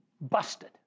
Busted